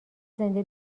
زنده